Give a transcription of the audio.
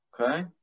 okay